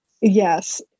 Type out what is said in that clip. Yes